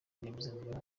rwiyemezamirimo